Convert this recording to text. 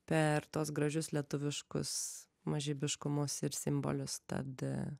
per tuos gražius lietuviškus mažybiškumus ir simbolius tad